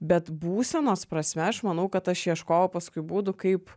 bet būsenos prasme aš manau kad aš ieškojau paskui būdų kaip